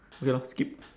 okay lor skip